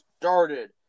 started